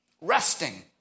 resting